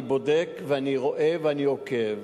אני בודק, אני רואה ואני עוקב.